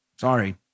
Sorry